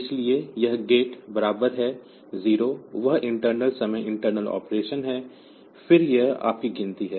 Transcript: इसलिए यह गेट बराबर है 0 वह इंटर्नल समय इंटर्नल ऑपरेशन है फिर यह आपकी गिनती है